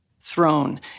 throne